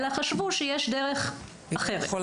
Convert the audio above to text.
אלא חשבו שיש דרך אחרת.